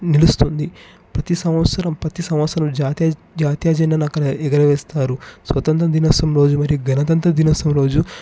నిలుస్తుంది ప్రతి సంవత్సరం ప్రతి సంవత్సరం జాతీయ జాతీయ జెండాను అక్కడ ఎగరవేస్తారు స్వతంత్ర దినోత్సవం రోజు మరి గణతంత్ర దినోత్సవం రోజు